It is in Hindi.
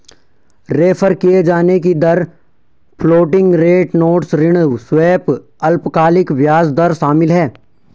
रेफर किये जाने की दर फ्लोटिंग रेट नोट्स ऋण स्वैप अल्पकालिक ब्याज दर शामिल है